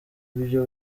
ibyo